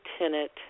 Lieutenant